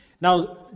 Now